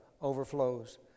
overflows